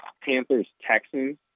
Panthers-Texans